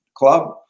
club